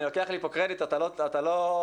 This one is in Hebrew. לא.